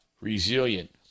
resilient